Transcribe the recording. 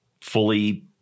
fully